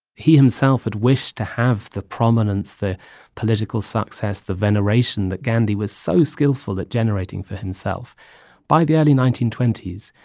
he himself had wished to have the prominence, the political success, the veneration that gandhi was so skillful at generating for himself by the early nineteen twenty s,